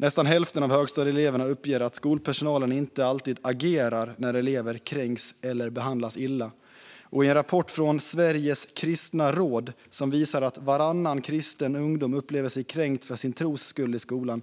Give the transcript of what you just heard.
Nästan hälften av högstadieeleverna uppger att skolpersonalen inte alltid agerar när elever kränks eller behandlas illa. En rapport från Sveriges kristna råd som visar att varannan kristen ungdom upplever sig kränkt för sin tros skull i skolan